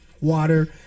Water